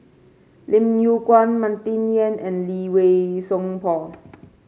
Lim Yew Kuan Martin Yan and Lee Wei Song Paul